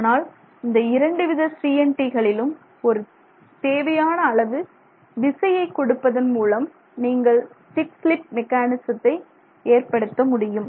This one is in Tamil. ஆனால் இந்த இரண்டு வித CNT களிலும் ஒரு தேவையான அளவு விசையை கொடுப்பதன் மூலம் நீங்கள் ஸ்டிக் ஸ்லிப் மெக்கானிஸத்தை ஏற்படுத்த முடியும்